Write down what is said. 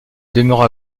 demeura